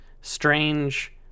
strange